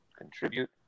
contribute